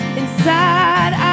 inside